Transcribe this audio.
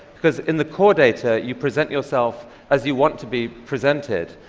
because in the core data you present yourself as you want to be presented.